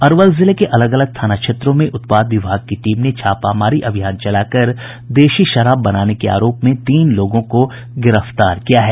अरवल जिले के अलग अलग थाना क्षेत्रों में उत्पाद विभाग की टीम ने छापामारी अभियान चलाकर देसी शराब बनाने के आरोप में तीन लोगों को गिरफ्तार किया है